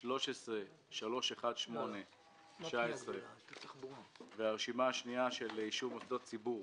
סימנה: 13-318-19. הרשימה השנייה של אישור מוסדות ציבור